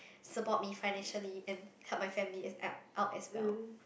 support me financially and help my family as at out as well